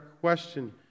question